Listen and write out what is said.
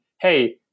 hey